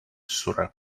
sure